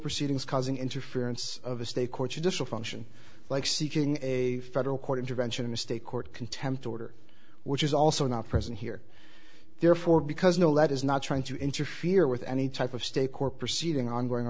proceedings causing interference of a state courts additional function like seeking a federal court intervention in a state court contempt order which is also not present here therefore because no that is not trying to interfere with any type of state court proceeding ongoing